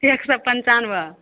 एक सए पञ्चानबे